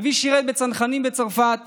אבי שירת בצנחנים בצרפת